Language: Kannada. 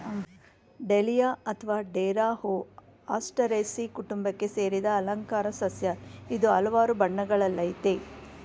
ಡೇಲಿಯ ಅತ್ವ ಡೇರಾ ಹೂ ಆಸ್ಟರೇಸೀ ಕುಟುಂಬಕ್ಕೆ ಸೇರಿದ ಅಲಂಕಾರ ಸಸ್ಯ ಇದು ಹಲ್ವಾರ್ ಬಣ್ಣಗಳಲ್ಲಯ್ತೆ